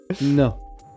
No